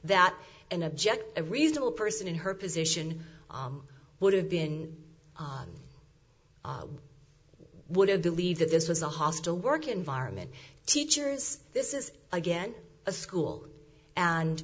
that an object a reasonable person in her position would have been would have believed that this was a hostile work environment teachers this is again a school and